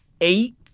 eight